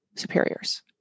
superiors